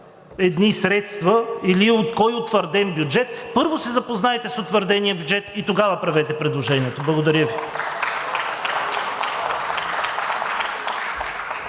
едни средства или от кой утвърден бюджет, първо се запознайте с утвърдения бюджет и тогава правете предложението. Благодаря Ви.